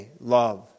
love